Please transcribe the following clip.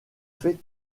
fait